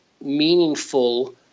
meaningful